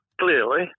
clearly